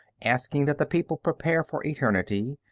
asking that the people prepare for eternity,